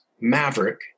Maverick